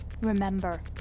Remember